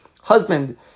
husband